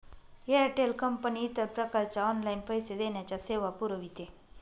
Airtel company इतर प्रकारच्या online पैसे देण्याच्या सेवा पुरविते